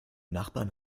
nachbarn